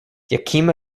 yakima